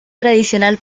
tradicional